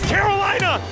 Carolina